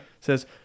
says